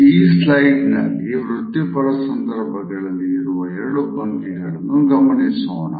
ಈ ಸ್ಲೈಡ್ ನಲ್ಲಿ ವೃತ್ತಿಪರ ಸಂದರ್ಭಗಳಲ್ಲಿ ಇರುವ 2 ಭಂಗಿಗಳನ್ನು ಗಮನಿಸೋಣ